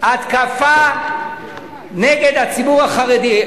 התקפה נגד הציבור החרדי.